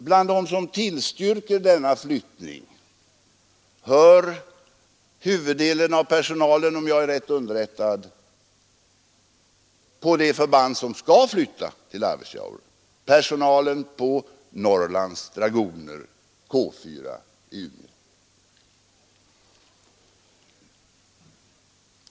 Till dem som tillstyrker denna flyttning hör, om jag är riktigt underrättad, huvuddelen av personalen på det förband som skall flytta till Arvidsjaur, personalen på Norrlands dragoner, K 4, i Umeå.